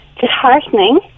disheartening